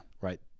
Right